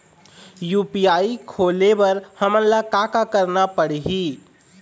UPI खोले बर हमन ला का का करना पड़ही?